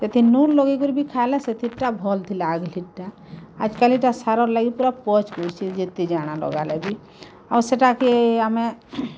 ସେଥିଁ ନୁନ୍ ଲଗେଇକରିଁ ବି ଖାଏଲେ ସେଥିର୍ ଟା ଭଲ୍ ଥିଲା ଆଘଲିର୍ ଟା ଆଜ୍ କାଲିର୍ ଟା ସାର ଲାଗିର୍ ପଚ୍ କରୁଛେ ଯେତେ ଜାଣା ଲଗାଲେ ବି ଆଉ ସେଟାକେ ଆମେ